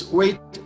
wait